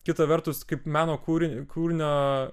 kita vertus kaip meno kūri kūrinio